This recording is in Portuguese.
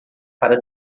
para